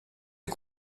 est